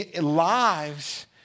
lives